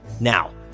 Now